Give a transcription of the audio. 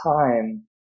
time